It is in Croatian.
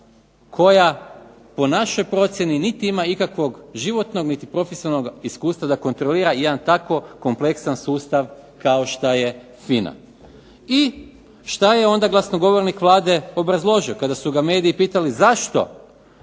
koja po našoj procjeni niti ima ikakvog životnog niti profesionalnog iskustva da kontrolira jedan tako kompleksan sustav kao što je FINA. I što je onda glasnogovornik Vlade obrazložio kada su ga mediji pitali zašto